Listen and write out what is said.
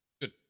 Good